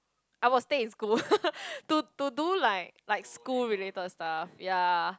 I will stay in school to to do like like school related stuff ya